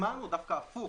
הזמן דווקא הפוך,